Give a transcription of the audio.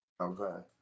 Okay